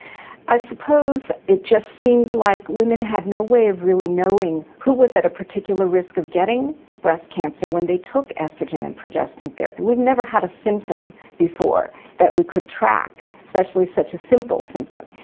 i suppose it just seemed like women had no way of really knowing who was at a particular risk of getting breast cancer when they took oestrogen and progestin therapy, we never had a symptom before that we could track, especially such a simple symptom.